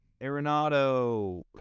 Arenado